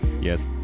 Yes